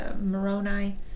Moroni